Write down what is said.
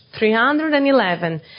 311